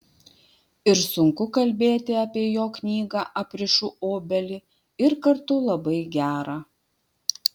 ir sunku kalbėti apie jo knygą aprišu obelį ir kartu labai gera